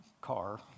car